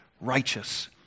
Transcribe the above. righteous